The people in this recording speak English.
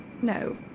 No